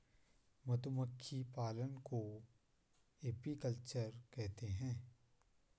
मधुमक्खी पालन को एपीकल्चर कहते है